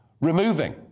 removing